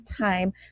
time